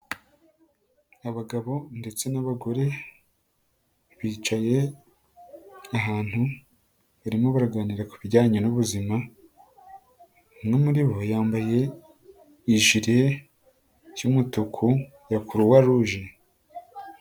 Abagabo ndetse n'abagore, bicaye, ahantu, barimo baraganira kubijyanye n'ubuzima. Umwe muri bo yambaye, ijire, y'umutuku, ya Kuruwaruje.